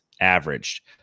averaged